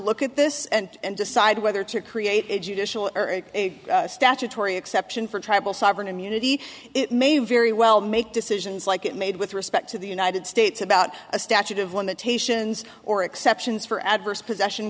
look at this and decide whether to create a judicial statutory exception for tribal sovereign immunity it may very well make decisions like it made with respect to the united states about a statute of limitations or exceptions for adverse possession